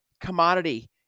commodity